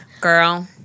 Girl